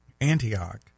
antioch